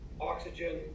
oxygen